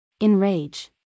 Enrage